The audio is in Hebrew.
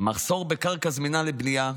מחסור בקרקע זמינה לבנייה,